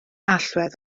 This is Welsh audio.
allwedd